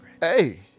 Hey